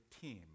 Team